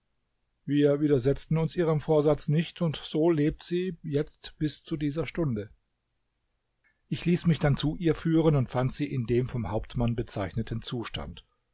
wir widersetzten uns ihrem vorsatz nicht und so lebt sie jetzt bis zu dieser stunde ich ließ mich dann zu ihr führen und fand sie in dem vom hauptmann bezeichneten zustand